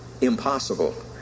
Impossible